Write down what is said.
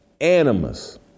animus